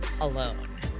alone